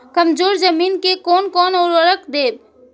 कमजोर जमीन में कोन कोन उर्वरक देब?